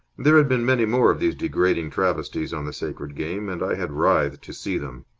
there had been many more of these degrading travesties on the sacred game, and i had writhed to see them.